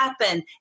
happen